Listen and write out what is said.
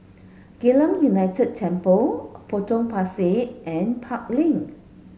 Geylang United Temple Potong Pasir and Park Lane